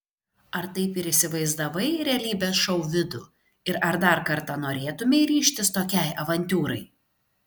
ar taip ir įsivaizdavai realybės šou vidų ir ar dar kartą norėtumei ryžtis tokiai avantiūrai